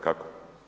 Kako?